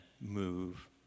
move